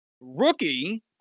rookie